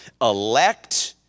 elect